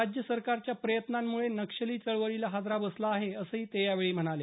राज्य सरकारच्या प्रयत्नांमुळे नक्षली चळवळीला हादरा बसला आहे असं ते यावेळी म्हणाले